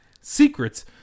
Secrets